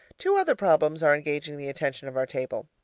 two other problems are engaging the attention of our table.